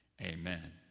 Amen